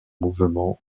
mouvements